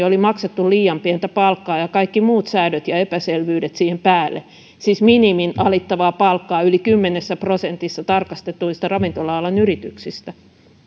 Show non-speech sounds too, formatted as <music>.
<unintelligible> oli maksettu liian pientä palkkaa ja kaikki muut säädöt ja epäselvyydet siihen päälle siis minimin alittavaa palkkaa yli kymmenessä prosentissa tarkastetuista ravintola alan yrityksistä